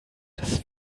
das